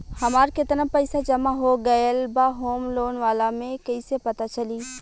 हमार केतना पईसा जमा हो गएल बा होम लोन वाला मे कइसे पता चली?